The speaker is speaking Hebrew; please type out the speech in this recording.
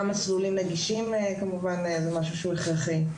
גם מסלולים נגישים כמובן זה משהו שהוא הכרחי,